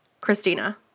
Christina